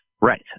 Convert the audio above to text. Right